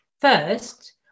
First